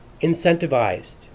incentivized